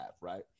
right